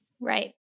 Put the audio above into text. Right